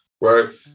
Right